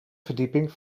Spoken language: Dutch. verdieping